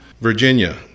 Virginia